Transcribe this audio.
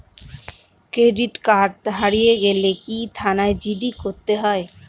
Credit card হারিয়ে গেলে কি থানায় জি.ডি করতে হয়?